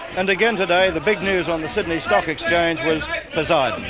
and again today, the big news on the sydney stock exchange was poseidon.